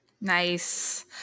Nice